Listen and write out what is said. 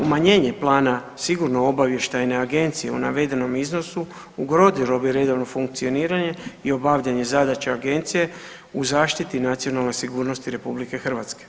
Umanjenje plana sigurno obavještajne agencije u navedenom iznosu … bi redovno funkcioniranje i obavljanje zadaća agencije u zaštiti nacionalne sigurnosti RH.